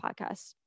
podcast